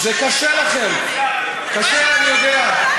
זה קשה לכם, אני יודע.